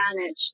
manage